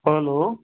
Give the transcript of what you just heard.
hello